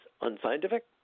unscientific